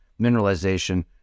mineralization